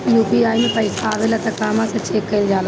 UPI मे पइसा आबेला त कहवा से चेक कईल जाला?